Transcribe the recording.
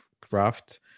craft